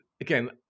Again